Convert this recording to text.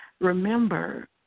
Remember